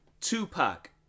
Tupac